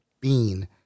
bean